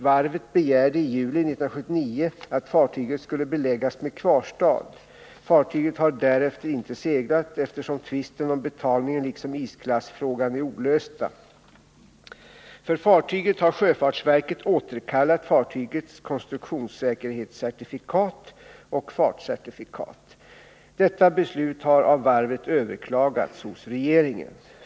Varvet begärde i juli 1979 att fartyget skulle beläggas med kvarstad. Fartyget har därefter inte seglat, eftersom tvisten om betalningen liksom isklassfrågan är olösta. För fartyget har sjöfartsverket återkallat fartygets konstruktionssäkerhetscertifikat och fartcertifikat. Detta beslut har av varvet överklagats hos regeringen.